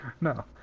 no